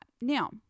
Now